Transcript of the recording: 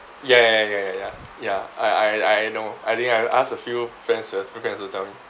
ya ya ya ya ya ya I I I know I think I ask a few frien~ friends to tell me